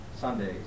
Sundays